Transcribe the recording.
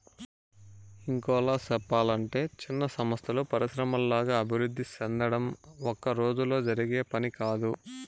ఇంకోలా సెప్పలంటే చిన్న సంస్థలు పరిశ్రమల్లాగా అభివృద్ధి సెందడం ఒక్కరోజులో జరిగే పని కాదు